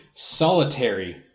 solitary